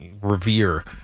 revere